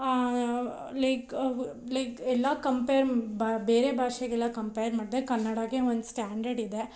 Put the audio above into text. like like ಎಲ್ಲ compare ಬೇರೆ ಭಾಷೆಗೆಲ್ಲ ಕಂಪೇರ್ ಮಾಡಿದ್ರೆ ಕನ್ನಡಗೆ ಒಂದು ಸ್ಟ್ಯಾಂಡರ್ಡ್ ಇದೆ